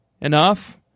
enough